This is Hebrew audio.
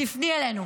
תפני אלינו.